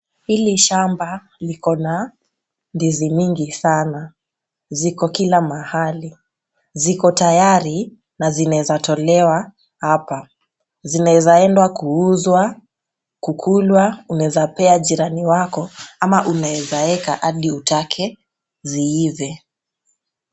Hili shamba liko na ndizi mingi sana, ziko kila mahali ziko tayari na zinaezatolewa hapa. Zinaezaendwa kuuzwa, kukulwa ,unaeza pea jirani wako ama unaezaweka hadi utake ziive.